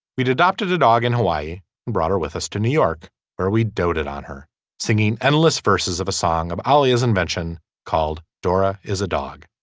we'd adopted a dog in hawaii and brought her with us to new york where we doted on her singing endless verses of a song of alice's invention called dora is a dog